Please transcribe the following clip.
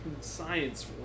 Science